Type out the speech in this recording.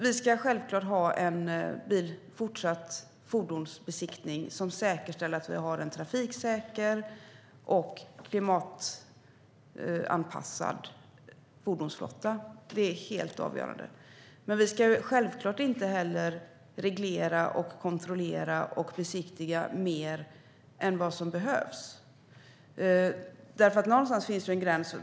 Vi ska självklart ha en fortsatt fordonsbesiktning som säkerställer att vi har en trafiksäker och klimatanpassad fordonsflotta. Det är helt avgörande. Men vi ska självklart inte reglera, kontrollera och besiktiga mer än vad som behövs. Någonstans finns det en gräns.